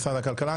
משרד הכלכלה.